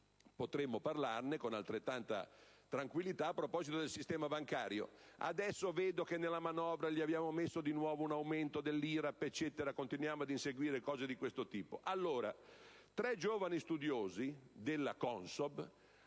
potremmo parlarne con altrettanta tranquillità a proposito del sistema bancario. Vedo che nella manovra abbiamo messo di nuovo un aumento dell'IRAP, eccetera, e continuiamo a inseguire cose di questo tipo.